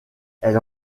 elle